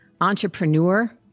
entrepreneur